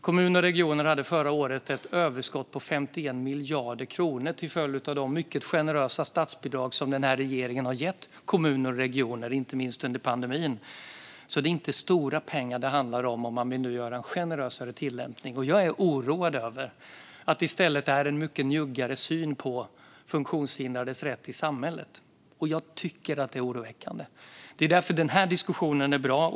Kommuner och regioner hade förra året ett överskott på 51 miljarder kronor till följd av de mycket generösa statsbidrag som den här regeringen har gett kommuner och regioner, inte minst under pandemin, så det handlar inte om stora pengar om man nu vill göra en generösare tillämpning. Jag är orolig att det i stället handlar om en mycket njuggare syn på funktionshindrades rätt i samhället. Jag tycker att det är oroväckande. Det är därför den här diskussionen är bra.